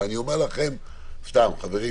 אני חושב שהוא מיותר בהקשר הזה.